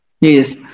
Yes